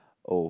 oh